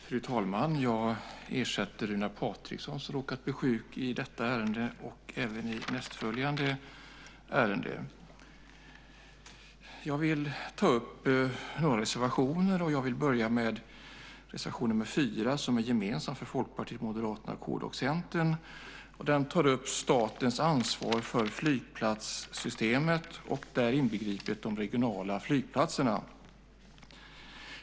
Fru talman! Jag ersätter Runar Patriksson, som råkat bli sjuk, i detta ärende och även i nästföljande ärende. Jag vill ta upp några reservationer, och jag vill börja med reservation 4. Den är gemensam för Folkpartiet, Moderaterna, kd och Centern och tar upp statens ansvar för flygplatssystemet, inbegripet de regionala flygplatserna.